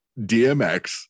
DMX